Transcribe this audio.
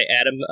Adam